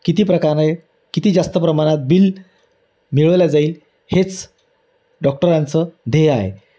किती प्रकारने किती जास्त प्रमाणात बिल मिळवले जाईल हेच डॉक्टरांचं ध्येय आहे